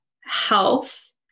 health